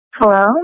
Hello